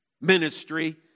Ministry